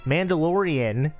Mandalorian